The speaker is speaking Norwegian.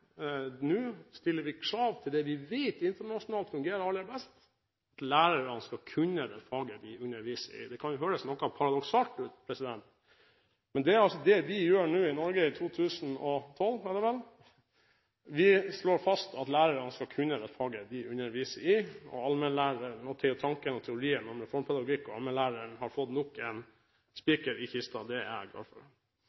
Nå stiller vi krav om det vi vet internasjonalt fungerer aller best, at lærerne skal kunne det faget de underviser i. Det kan høres noe paradoksalt ut, men det er altså det vi gjør nå i Norge i 2012. Vi slår fast at lærerne skal kunne det faget de underviser i, og allmennlæreren og tanken og teorien om reformpedagogikk har fått nok en